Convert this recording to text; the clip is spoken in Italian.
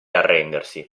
arrendersi